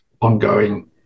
ongoing